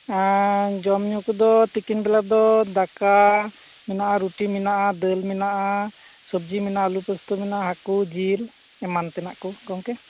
ᱡᱚᱢ ᱧᱩ ᱠᱚᱫᱚ ᱛᱤᱠᱤᱱ ᱵᱮᱞᱟ ᱫᱚ ᱫᱟᱠᱟ ᱢᱮᱱᱟᱜᱼᱟ ᱨᱩᱴᱤ ᱢᱮᱱᱟᱜᱼᱟ ᱫᱟᱹᱞ ᱢᱮᱱᱟᱜᱼᱟ ᱥᱚᱵᱽᱡᱤ ᱢᱮᱱᱟᱜᱼᱟ ᱟᱞᱩ ᱯᱚᱥᱛᱩ ᱢᱮᱱᱟᱜᱼᱟ ᱦᱟᱹᱠᱩ ᱡᱤᱞ ᱮᱢᱟᱱ ᱛᱮᱱᱟᱜ ᱠᱚ ᱜᱚᱢᱠᱮ